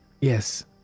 Yes